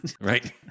Right